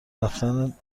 رفتن